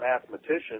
mathematician